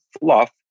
fluff